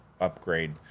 upgrade